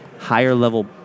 Higher-level